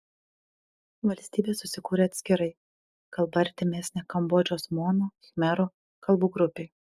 valstybė susikūrė atskirai kalba artimesnė kambodžos mono khmerų kalbų grupei